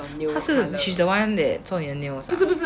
她是 she's the one that 做你的 nails 是吗